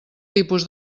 tipus